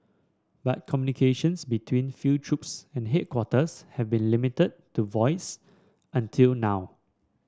but communications between field troops and headquarters have been limited to voice until now